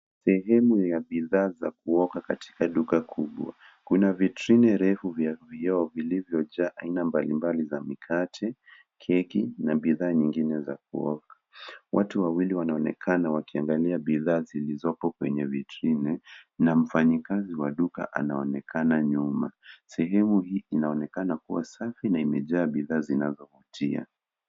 Sehemu ya bidhaa za kuoka katika duka kubwa. Kuna vitrini refu vya vioo vilivyojaa aina mbalimbali za mikate, keki na bidhaa nyingine za kuoka. Watu wawili wanaonekana wakiangalia bidhaa zilizopo kwenye vitrini na mfanyikazi wa duka anaonekana nyuma. Sehemu hii inaonekana kuwa safi na imejaa bidhaa zinazovutia.